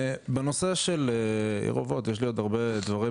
בנושא של עיר אובות יש לי עוד הרבה דברים